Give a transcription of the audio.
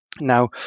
Now